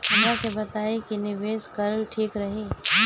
हमरा के बताई की निवेश करल ठीक रही?